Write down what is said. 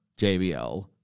JBL